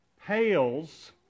pales